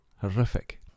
Horrific